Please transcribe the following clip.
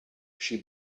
she